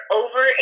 over